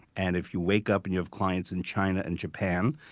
and if you wake up and you have clients in china and japan,